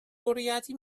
bwriadu